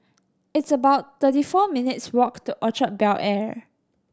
it's about thirty four minutes' walk to Orchard Bel Air